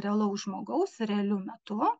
realaus žmogaus realiu metu